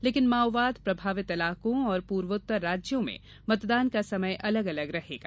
लेकिन माओवाद प्रभावित इलाकों और पूर्वोत्तर राज्यों में मतदान का समय अलग अलग रहेगा